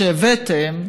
שהבאתם,